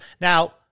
Now